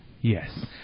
Yes